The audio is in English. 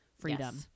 freedom